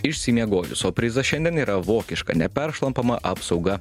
išsimiegojus o prizas šiandien yra vokiška neperšlampama apsauga